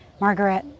Margaret